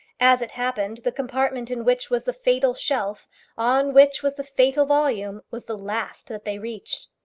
as it happened, the compartment in which was the fatal shelf on which was the fatal volume was the last that they reached.